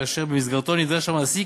כאשר במסגרתו נדרש המעסיק